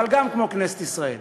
אבל גם כמו כנסת ישראל.